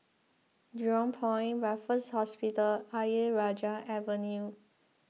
Jurong Point Raffles Hospital Ayer Rajah Avenue